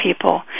people